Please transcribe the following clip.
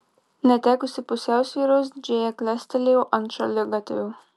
netekusi pusiausvyros džėja klestelėjo ant šaligatvio